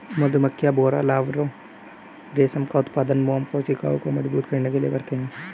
मधुमक्खियां, भौंरा लार्वा रेशम का उत्पादन मोम कोशिकाओं को मजबूत करने के लिए करते हैं